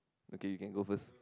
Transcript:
okay you can go first